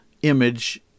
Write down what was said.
image